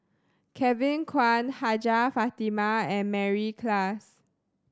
Kevin Kwan Hajjah Fatimah and Mary Klass